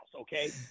okay